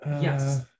yes